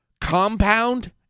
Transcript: compound